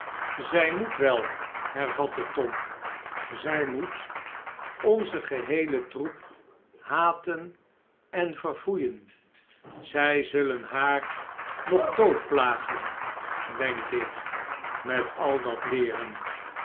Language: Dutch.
zij moet wel hervatte tom zij moet onzen geheelen troep haten en verfoeien zij zullen haar nog doodplagen denk ik met al dat leeren